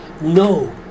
no